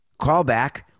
callback